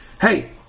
Hey